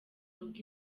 rugo